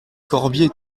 corbier